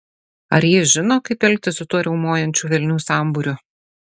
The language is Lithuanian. ar jis žino kaip elgtis su tuo riaumojančių velnių sambūriu